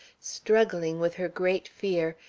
struggling with her great fear,